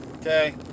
okay